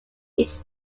each